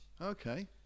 okay